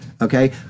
Okay